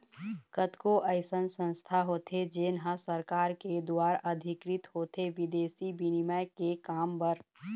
कतको अइसन संस्था होथे जेन ह सरकार के दुवार अधिकृत होथे बिदेसी बिनिमय के काम बर